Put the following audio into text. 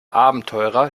abenteurer